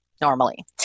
normally